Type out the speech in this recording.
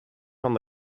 van